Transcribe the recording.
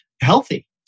healthy